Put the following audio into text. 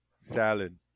Salad